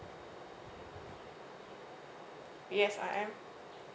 yes I am